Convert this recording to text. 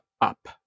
up